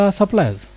suppliers